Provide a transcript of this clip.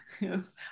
yes